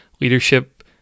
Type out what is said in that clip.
leadership